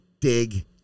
dig